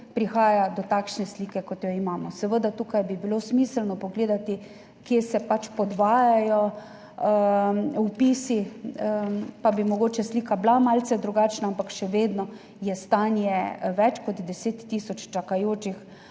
prihaja do takšne slike, kot jo imamo. Seveda, tukaj bi bilo smiselno pogledati, kje se pač podvajajo vpisi, pa bi mogoče slika bila malce drugačna, ampak še vedno je stanje več kot 10 tisoč čakajočih